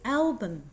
album